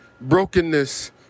brokenness